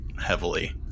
heavily